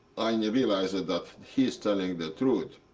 i and yeah realized that he is telling the truth.